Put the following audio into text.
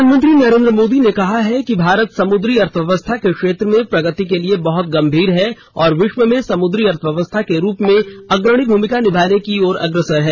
प्रधानमंत्री नरेन्द्र मोदी ने कहा है कि भारत समुद्री अर्थव्यवस्था के क्षेत्र में प्रगति के लिए बहत गंभीर है और विश्व में समुद्री अर्थव्यवस्था के रूप में अग्रणी भूमिका निभाने की ओर अग्रसर है